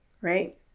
right